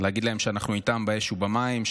להגיד להם שאנחנו איתם באש ובמים,